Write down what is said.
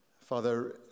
Father